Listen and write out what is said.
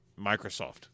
Microsoft